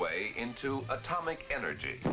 way into atomic energy